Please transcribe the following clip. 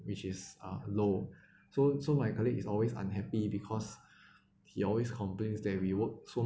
which is uh low so so my colleague is always unhappy because he always complains that we work so